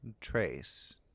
trace